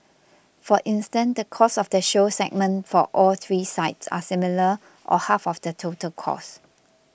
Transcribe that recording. for instance the cost of the show segment for all three sites are similar or half of the total costs